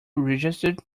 registered